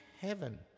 heaven